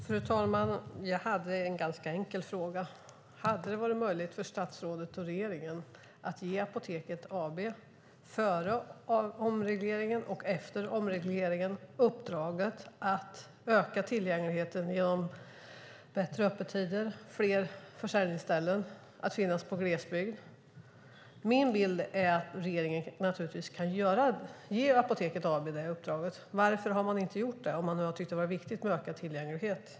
Fru talman! Jag har en ganska enkel fråga: Hade det varit möjligt för statsrådet och regeringen att före omregleringen och efter omregleringen ge Apoteket AB uppdraget att öka tillgängligheten genom bättre öppettider, fler försäljningsställen och genom att finnas i glesbygd? Min bild är att regeringen naturligtvis kan ge Apoteket AB det uppdraget. Varför har man inte gjort det om man nu har tyckt att det har varit viktigt med ökad tillgänglighet?